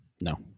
No